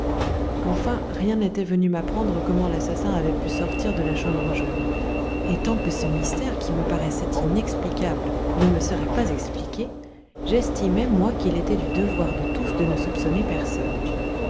enfin rien n'était venu m'apprendre comment l'assassin avait pu sortir de la chambre jaune et tant que ce mystère qui me paraissait inexplicable ne me serait pas expliqué j'estimais moi qu'il était du devoir de tous de ne soupçonner personne